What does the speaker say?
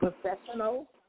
Professional